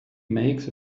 makes